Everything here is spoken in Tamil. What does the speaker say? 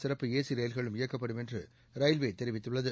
சிறப்பு ஏசி ரயில்களும் இயக்கப்படும என்று ரயில்வே தெரிவித்துள்ளது